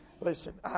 Listen